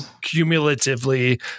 cumulatively